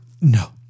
No